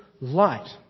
light